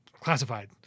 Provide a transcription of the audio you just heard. classified